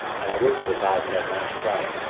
and i wouldn't have advised ned land to try it.